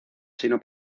sino